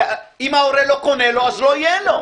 אם ההורה לא קונה לו אז לא יהיה לו.